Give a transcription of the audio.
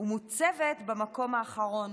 ומוצבת במקום האחרון.